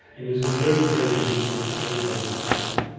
and it was very, very convincing for everybody at the time.